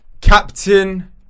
captain